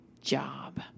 job